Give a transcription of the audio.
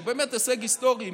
שהוא באמת הישג היסטורי,